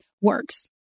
works